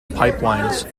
pipelines